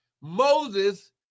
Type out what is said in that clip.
Moses